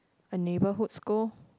a neighbourhood school